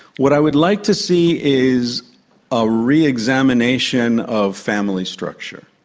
what i would like to see is a re-examination of family structure,